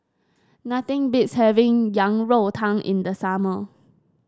nothing beats having Yang Rou Tang in the summer